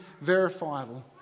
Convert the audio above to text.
verifiable